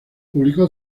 publicó